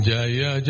Jaya